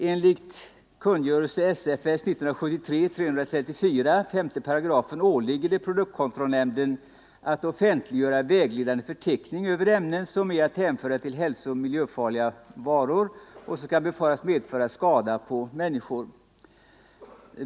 Enligt kungörelse, SFS 1973:334, 5 §, åligger det produktkontrollnämnden att offentliggöra vägledande förteckning över ämnen som är att hänföra till hälsooch Nr 130 miljöfarliga varor och sådana som kan befaras medföra skada på män Torsdagen den niskor.